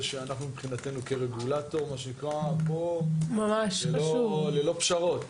שאנחנו מבחינתנו כרגולטור פה ללא פשרות.